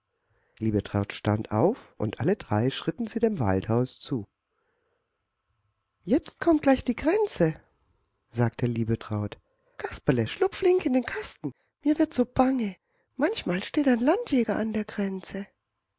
liebetraut stand auf und alle drei schritten sie dem waldhaus zu jetzt kommt gleich die grenze sagte liebetraut kasperle schlupf flink in den kasten mir wird so bange manchmal steht ein landjäger an der grenze